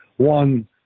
One